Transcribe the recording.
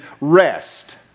rest